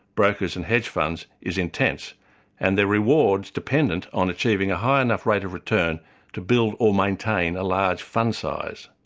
brokers and hedge funds, is intense and their rewards dependent on achieving a high enough rate of return to build or maintain a large fund size.